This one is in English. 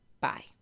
Bye